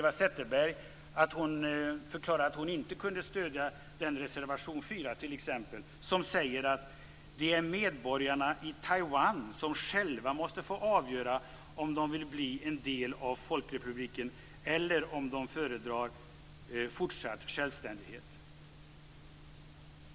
Vi hörde Eva Zetterberg förklara att hon inte kunde stödja t.ex. reservation 4, där det framhålls att medborgarna i Taiwan själva måste få avgöra om de vill bli en del av folkrepubliken eller om de föredrar fortsatt självständighet.